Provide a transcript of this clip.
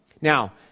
Now